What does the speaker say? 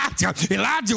Elijah